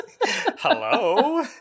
Hello